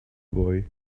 boy